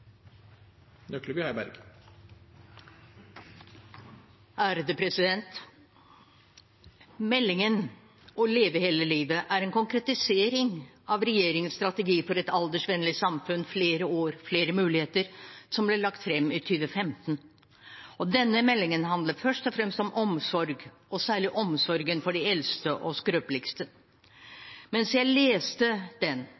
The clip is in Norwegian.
Meldingen Leve hele livet er en konkretisering av regjeringens strategi for et aldersvennlig samfunn, Flere år – flere muligheter, som ble lagt fram i 2015. Denne meldingen handler først og fremst om omsorg, særlig omsorgen for de eldste og skrøpeligste. Mens jeg leste den,